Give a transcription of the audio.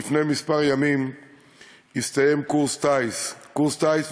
לפני כמה ימים הסתיים קורס טיס מס'